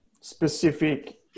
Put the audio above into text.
specific